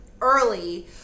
early